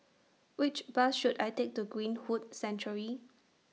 Which Bus should I Take to Greenwood Sanctuary